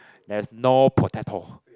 there is no potato